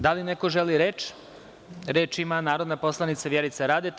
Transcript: Da li neko želi reč? (Da) Reč ima narodna poslanica Vjerica Radeta.